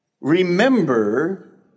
remember